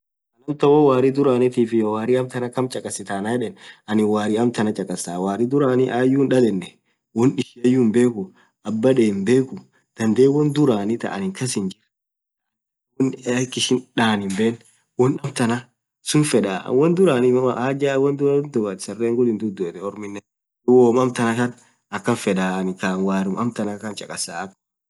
amtan woo warri dhurantif iyyo warri amtan kaam chakhasitha anan yedhe anin warri amtan chakasaa warri dhuran ayyu hidhalen won ishiayu hinbekhu Abba dhee hinbekhu dhadhe won dhurani thaa anin kass hinjree (.) won akha ishii dhan hinbene won amtan suun fedha won dhurani hajaa won dhaberthe sarren ghul hidhudhu orminen dhub woo amtantana akhan fedha anin worum amtan khan chakasaa